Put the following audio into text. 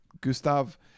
Gustav